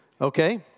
Okay